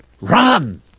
run